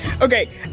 Okay